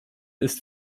ist